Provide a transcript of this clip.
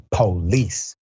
police